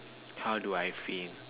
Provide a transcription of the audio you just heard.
how do I feel